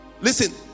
Listen